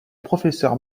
professeur